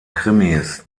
krimis